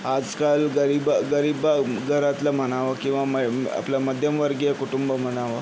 आजकाल गरीब गरीब घरातलं म्हणावं किंवा आपलं मध्यमवर्गीय कुटुंब म्हणावं